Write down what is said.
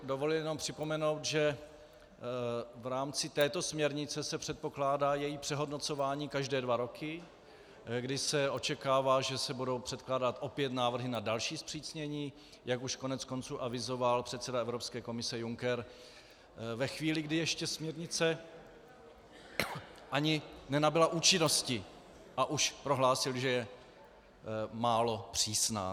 Dovolil bych si jenom připomenout, že v rámci této směrnice se předpokládá její přehodnocování každé dva roky, kdy se očekává, že se budou předkládat opět návrhy na další zpřísnění, jak už koneckonců avizoval předseda Evropské komise Juncker ve chvíli, kdy ještě směrnice ani nenabyla účinnosti, a už prohlásil, že je málo přísná.